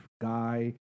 guy